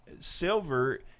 silver